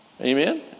Amen